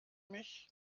mich